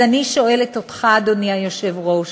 אז אני שואלת אותך, אדוני היושב-ראש,